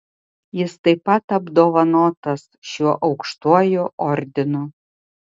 jis taip pat apdovanotas šiuo aukštuoju ordinu